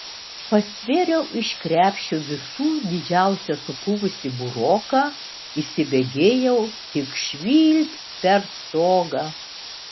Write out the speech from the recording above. pastvėriau iš krepšio visų didžiausią supuvusį buroką įsibėgėjau tik švilpt per stogą